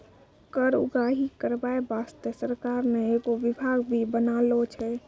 कर उगाही करबाय बासतें सरकार ने एगो बिभाग भी बनालो छै